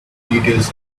details